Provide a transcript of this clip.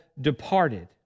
departed